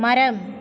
மரம்